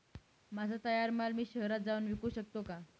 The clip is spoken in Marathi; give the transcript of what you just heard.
माझा तयार माल मी शहरात जाऊन विकू शकतो का?